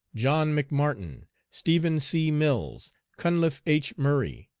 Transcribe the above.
john mcmartin, stephen c. mills, cunliffe h. murray,